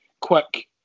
quick